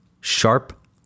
Sharp